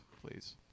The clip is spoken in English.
please